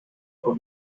por